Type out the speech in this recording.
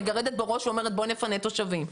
מגרדת בראש ואומרת 'בואו נפנה תושבים'.